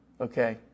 Okay